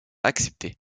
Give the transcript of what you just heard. accepter